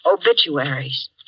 obituaries